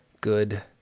Good